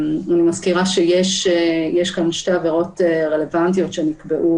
אני מזכירה שיש כאן שתי עברות רלוונטיות שנקבעו